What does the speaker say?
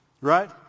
Right